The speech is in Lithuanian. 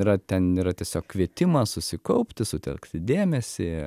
yra ten yra tiesiog kvietimas susikaupti sutelkti dėmesį